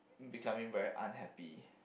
becoming very unhappy